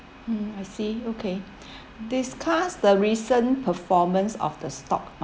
mm I see okay discuss the recent performance of the stock market